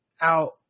out